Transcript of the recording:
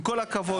עם כל הכבוד.